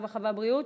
הרווחה והבריאות?